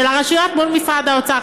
של הרשויות מול משרד האוצר.